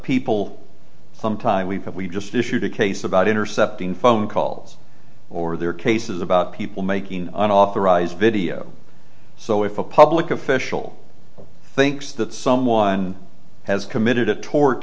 people some time we have we just issued a case about intercepting phone calls or there are cases about people making an authorized video so if a public official thinks that someone has committed a tort